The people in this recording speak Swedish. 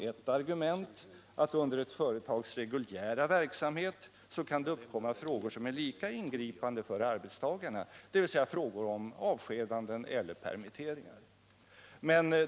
Ett argument är att det under ett företags reguljära verksamhet kan uppkomma frågor som är lika ingripande för arbetstagarna, dvs. frågor om avskedanden eller permitteringar.